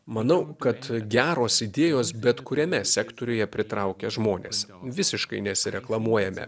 manau kad geros idėjos bet kuriame sektoriuje pritraukia žmones visiškai nesireklamuojame